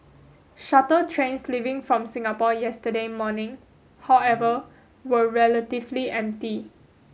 shuttle trains leaving from Singapore yesterday morning however were relatively empty